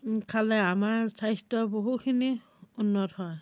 খালে আমাৰ স্বাস্থ্য বহুখিনি উন্নত হয়